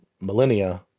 millennia